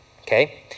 Okay